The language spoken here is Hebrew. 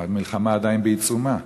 המלחמה עדיין בעיצומה.